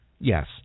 Yes